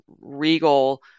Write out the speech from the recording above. regal